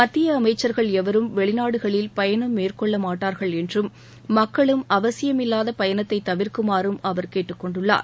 மத்திய அமைச்சர்கள் எவரும் வெளிநாடுகளில் பயணம் மேற்கொள்ள மாட்டார்கள் என்றும் மக்களும் அவசியமில்லாத பயணத்தை தவிர்க்குமாறும் அவர் கேட்டுக்கொண்டுள்ளார்